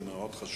דבר חשוב מאוד.